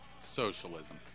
Socialism